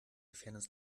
fairness